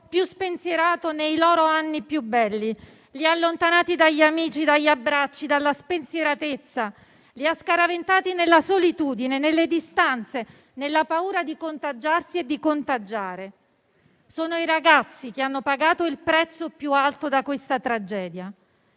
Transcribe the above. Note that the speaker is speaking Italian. più spensierato nei loro anni più belli, li ha allontanati dagli amici, dagli abbracci e dalla spensieratezza e scaraventati nella solitudine, nelle distanze e nella paura di contagiarsi e contagiare. Sono i ragazzi che hanno pagato il prezzo più alto di questa tragedia.